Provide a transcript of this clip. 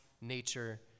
nature